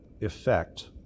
effect